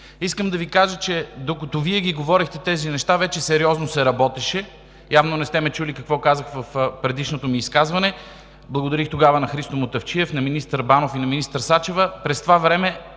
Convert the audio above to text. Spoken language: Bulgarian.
Искам да Ви кажа, че докато Вие ги говорехте тези неща, вече сериозно се работеше. Явно не сте ме чули какво казах в предишното си изказване. Тогава благодарих на Христо Мутафчиев, на министър Банов и на министър Сачева.